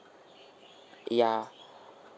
ya